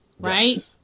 right